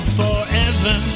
forever